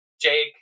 Jake